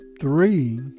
Three